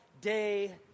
day